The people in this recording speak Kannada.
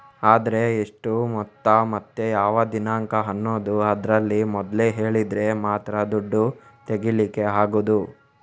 ಆದ್ರೆ ಎಷ್ಟು ಮೊತ್ತ ಮತ್ತೆ ಯಾವ ದಿನಾಂಕ ಅನ್ನುದು ಅದ್ರಲ್ಲಿ ಮೊದ್ಲೇ ಹೇಳಿದ್ರೆ ಮಾತ್ರ ದುಡ್ಡು ತೆಗೀಲಿಕ್ಕೆ ಆಗುದು